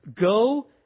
go